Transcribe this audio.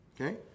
okay